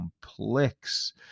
complex